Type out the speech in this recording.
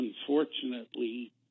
Unfortunately